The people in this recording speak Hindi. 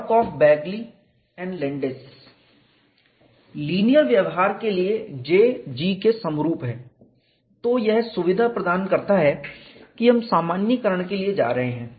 work of Begley and Landes linear व्यवहार के लिए J G के समरूप है तो यह सुविधा प्रदान करता है कि हम सामान्यीकरण के लिए जा रहे हैं